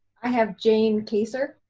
i have jayne kacer.